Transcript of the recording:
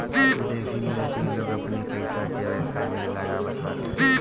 विदेशी निवेश में लोग अपनी पईसा के व्यवसाय में लगावत बाटे